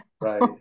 Right